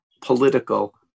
political